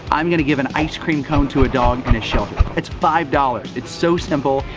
i'm gonna give an ice-cream cone to a dog in a shelter. it's five dollars, it's so simple,